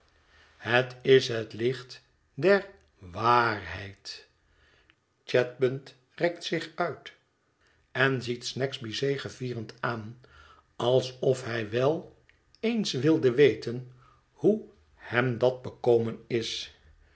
het is het licht der wa a arheid chadband rekt zich uit en ziet snagsby zegevierend aan alsof hij wel eens wilde weten hoe hem dat bekomen is